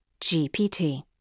GPT